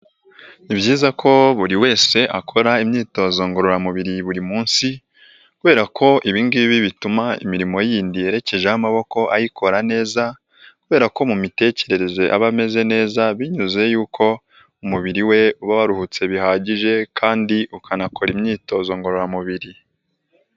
Ni byiza ko buri wese akora imyitozo ngororamubiri buri munsi kubera ko ibingibi bituma imirimo yindi yerekejeho amaboko ayikora neza kubera ko mu mitekerereze aba ameze neza binyuze y'uko umubiri we uba waruhutse bihagije kandi ukanakora imyitozo ngororamubiri.